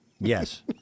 yes